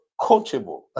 coachable